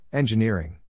Engineering